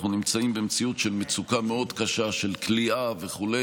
אנחנו נמצאים במציאות של מצוקה קשה של כליאה וכו',